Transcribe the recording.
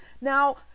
Now